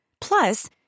Plus